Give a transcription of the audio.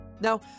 Now